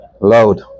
loud